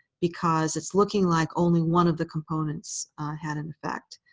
because it's looking like only one of the components had an effect.